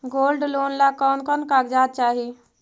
Gold loan ला कौन कौन कागजात चाही?